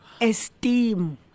Esteem